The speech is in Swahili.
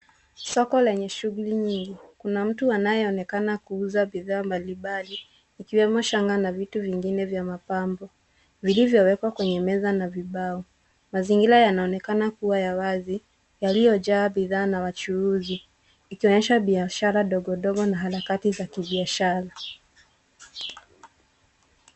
Soko lenye shughuli nyingi, kuna mtu anayeonekana kuuza bidhaa mbalimbali ikiwemo shanga na vitu vingine vya mapambo vilivyowekwa kwenye meza na vibao. Mazingira yanaonekana kuwa ya wazi, yaliyojaa bidhaa na wachuuzi, ikionyesha biashara ndogo ndogo na harakati za kibiashara.